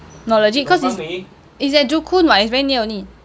no legit cause it's it's at joo koon [what] it's very near only